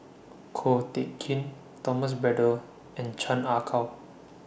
Ko Teck Kin Thomas Braddell and Chan Ah Kow